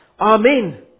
Amen